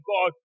God